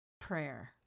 prayer